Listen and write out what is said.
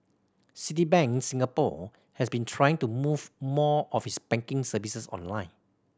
Citibank Singapore has been trying to move more of its banking services online